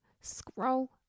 scroll